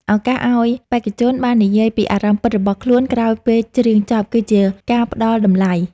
ឱកាសឱ្យបេក្ខជនបាននិយាយពីអារម្មណ៍ពិតរបស់ខ្លួនក្រោយពេលច្រៀងចប់គឺជាការផ្ដល់តម្លៃ។